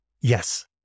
Yes